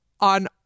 on